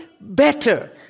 better